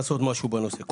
בנושא.